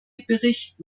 bericht